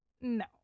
No